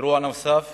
אירוע נוסף